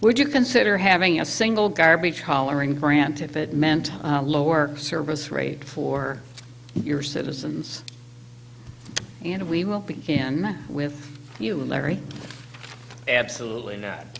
would you consider having a single garbage hollering granted if it meant lower service rate for your citizens and we will begin with you larry absolutely not